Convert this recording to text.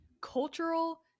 cultural